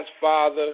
Father